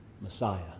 Messiah